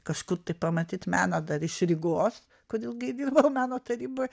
kažkur tai pamatyt menodar iš rygos kur ilgai dirbau meno tarybos